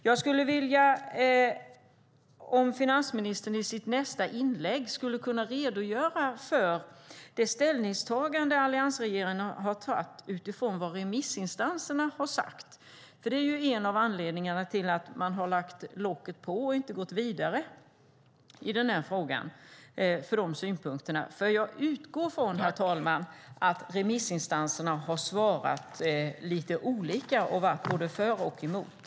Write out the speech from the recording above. Jag önskar att finansministern i sitt nästa inlägg skulle kunna redogöra för det ställningstagande som alliansregeringen har gjort utifrån vad remissinstanserna har sagt. Det är ju en av anledningarna till att man har lagt locket på och inte gått vidare i den här frågan. Jag utgår från, herr talman, att remissinstanserna har svarat lite olika och varit både för och emot.